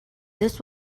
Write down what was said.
this